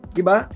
iba